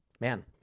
Man